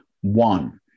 One